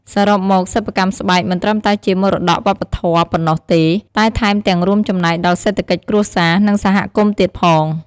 សរុបមក សិប្បកម្មស្បែកមិនត្រឹមតែជាមរតកវប្បធម៌ប៉ុណ្ណោះទេ តែថែមទាំងរួមចំណែកដល់សេដ្ឋកិច្ចគ្រួសារ និងសហគមន៍ទៀតផង។